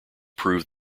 proved